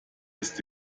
ist